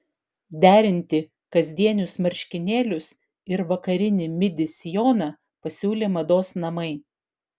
derinti kasdienius marškinėlius ir vakarinį midi sijoną pasiūlė mados namai